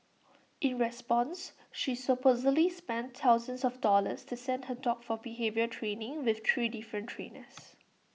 in response she supposedly spent thousands of dollars to send her dog for behaviour training with three different trainers